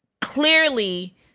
clearly